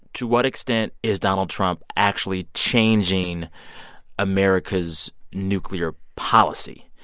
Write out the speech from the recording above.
to what extent is donald trump actually changing america's nuclear policy?